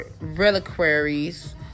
reliquaries